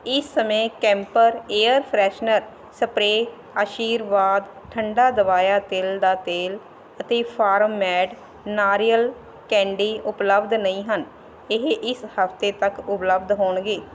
ਇਸ ਸਮੇਂ camper air freshener spray Aashirvaad ਠੰਡਾ ਦਬਾਇਆ ਤਿਲ ਦਾ ਤੇਲ ਅਤੇ ਫਾਰਮ ਮੈਡ ਨਾਰੀਅਲ ਕੈਂਡੀ ਉਪਲੱਬਧ ਨਹੀਂ ਹਨ ਇਹ ਇਸ ਹਫ਼ਤੇ ਤੱਕ ਉਪਲੱਬਧ ਹੋਣਗੇ